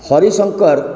Harishankar